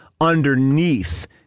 underneath